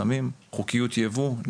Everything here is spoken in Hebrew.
סמים או חוקיות יבוא.